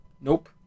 nope